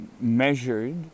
measured